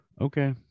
okay